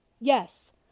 yes